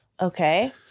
Okay